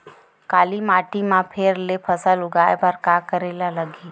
काली माटी म फेर ले फसल उगाए बर का करेला लगही?